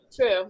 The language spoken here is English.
true